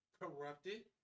corrupted